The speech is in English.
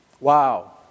Wow